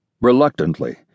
Reluctantly